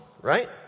right